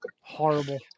Horrible